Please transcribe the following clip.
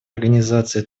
организации